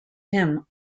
hymn